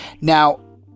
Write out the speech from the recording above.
Now